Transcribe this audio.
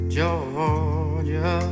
Georgia